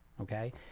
okay